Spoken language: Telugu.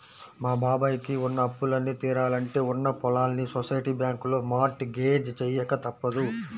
మా బాబాయ్ కి ఉన్న అప్పులన్నీ తీరాలంటే ఉన్న పొలాల్ని సొసైటీ బ్యాంకులో మార్ట్ గేజ్ చెయ్యక తప్పదు